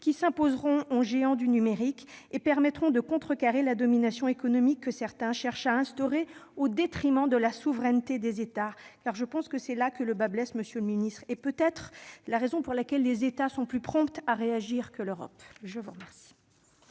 qui s'imposeront aux géants du numérique et permettront de contrecarrer la domination économique que certains cherchent à instaurer au détriment de la souveraineté des États. C'est en effet là, à mes yeux, que le bât blesse, monsieur le secrétaire d'État, et c'est peut-être la raison pour laquelle les États sont plus prompts à réagir que l'Europe. La parole